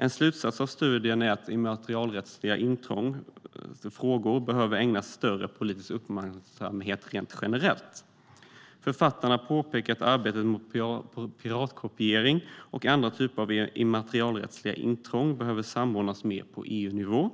En slutsats av studien är att immaterialrättsliga frågor behöver ägnas större politisk uppmärksamhet generellt. Författarna pekar på att arbetet mot piratkopiering och andra typer av immaterialrättsliga intrång behöver samordnas mer på EU-nivå